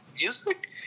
music